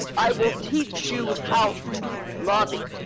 i will teach you how to lobby.